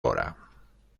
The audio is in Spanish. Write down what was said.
hora